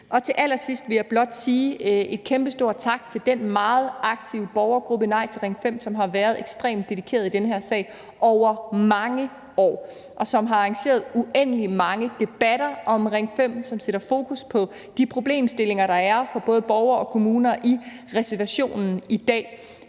Til allersidst vil jeg blot rette en kæmpestor tak til den meget aktive borgergruppe Nej til Ring 5, som har været ekstremt dedikeret i den her sag over mange år og har arrangeret uendelig mange debatter om Ring 5, der sætter fokus på de problemstillinger, der er for både borgere og kommuner i reservationen i dag.